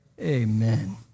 amen